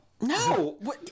No